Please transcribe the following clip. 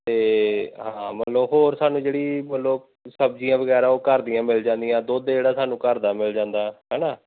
ਅਤੇ ਹਾਂ ਮਤਲਬ ਹੋਰ ਸਾਨੂੰ ਜਿਹੜੀ ਮਤਲਬ ਸਬਜ਼ੀਆਂ ਵਗੈਰਾ ਉਹ ਘਰ ਦੀਆਂ ਮਿਲ ਜਾਂਦੀਆਂ ਦੁੱਧ ਜਿਹੜਾ ਸਾਨੂੰ ਘਰ ਦਾ ਮਿਲ ਜਾਂਦਾ ਹੈ ਨਾ